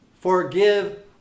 Forgive